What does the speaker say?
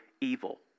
evil